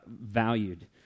valued